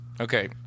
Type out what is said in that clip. okay